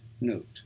Note